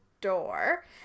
door